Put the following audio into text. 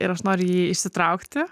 ir aš noriu jį išsitraukti